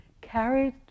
carried